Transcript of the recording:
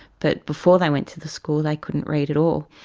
but before they went to the school they couldn't read at all.